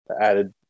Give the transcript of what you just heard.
added